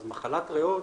אז מחלת ריאות